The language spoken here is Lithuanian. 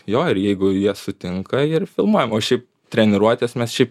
jo ir jeigu jie sutinka ir filmuojam o šiaip treniruotes mes šiaip